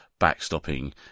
backstopping